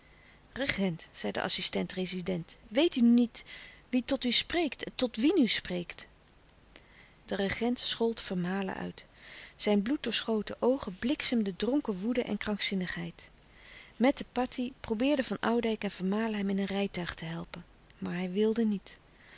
regent zei de assistent-rezident weet u niet wie tot u spreekt en tot wien u spreekt de regent schold vermalen uit zijn bloeddoorschoten oogen bliksemden dronken woede en krankzinnigheid met den patih probeerden van oudijck en vermalen hem in een rijtuig te helpen maar hij wilde niet